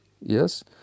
Yes